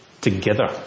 together